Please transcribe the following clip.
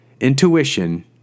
Intuition